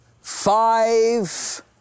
five